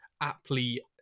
aptly